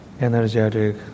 energetic